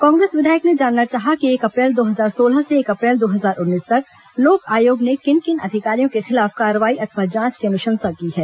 कांग्रेस विधायक ने जानना चाहा कि एक अप्रैल दो हजार सोलह से एक अप्रैल दो हजार उन्नीस तक लोक आयोग ने किन किन अधिकारियों के खिलाफ कार्रवाई अथवा जांच की अनुशंसा की है